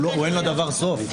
אין לדבר סוף.